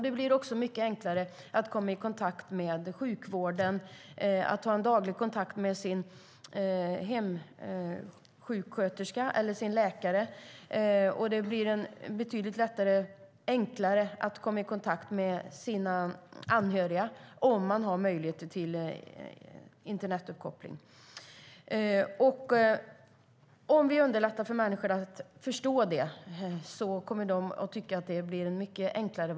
Det blir mycket enklare att komma i kontakt med sjukvården, att ha daglig kontakt med sin hemsjuksköterska eller sin läkare och att komma i kontakt med anhöriga om man har internetuppkoppling. Om vi underlättar för människor att förstå det kommer de att tycka att vardagen blir mycket enklare.